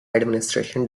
administration